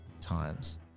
times